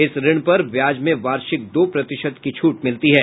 इस ऋण पर व्याज में वार्षिक दो प्रतिशत की छूट मिलती है